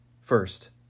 First